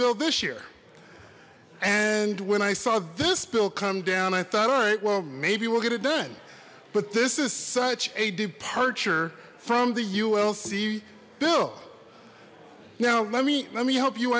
bill this year and when i saw this bill come down i thought all right well maybe we'll get it done but this is such a departure from the ulc bill now let me let me help you